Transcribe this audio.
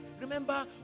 Remember